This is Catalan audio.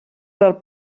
del